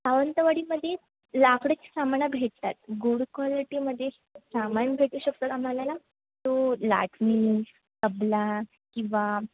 सावंतवाडीमध्ये लाकडाची सामानं भेटतात गुड क्वालिटीमध्ये सामान भेटू शकतात आम्हाला ना तो लाटणे तबला किंवा